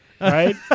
right